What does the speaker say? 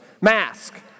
mask